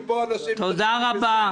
ופה אנשים --- תודה רבה.